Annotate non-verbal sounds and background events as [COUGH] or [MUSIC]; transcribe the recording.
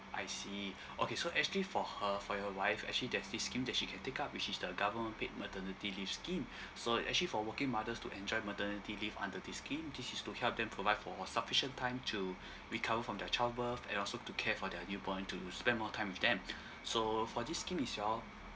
I see okay so actually for her for your wife actually there's this scheme that she can take up which is the government paid maternity leave scheme [BREATH] so actually for working mothers to enjoy maternity leave under this scheme this is to help them provide for sufficient time to recover from their child birth and also to care their newborns to to spend more time with them [BREATH] so for this scheme itself